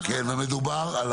מדובר על